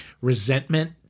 resentment